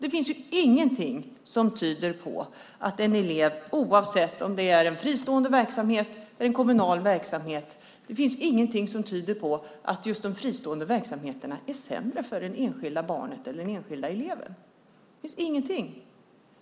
Det finns ingenting som tyder på att just de fristående verksamheterna är sämre för det enskilda barnet eller den enskilda eleven.